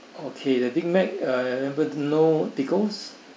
okay the big Mac I remembered no pickles